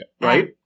right